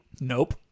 Nope